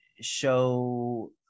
show